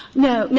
no. no,